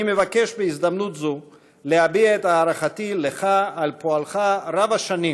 אני מבקש בהזדמנות זו להביע את הערכתי לך על פועלך רב-השנים